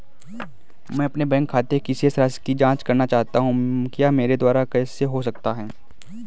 मैं अपने बैंक खाते की शेष राशि की जाँच करना चाहता हूँ यह मेरे द्वारा कैसे हो सकता है?